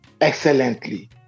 excellently